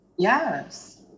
Yes